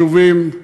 ליישובים.